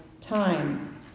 time